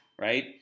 right